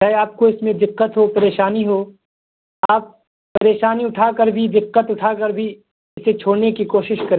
چاہے آپ کو اس میں دقت ہو پریشانی ہو آپ پریشانی اٹھا کر بھی دقت اٹھا کر بھی اسے چھوڑنے کی کوشش کریں